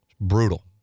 brutal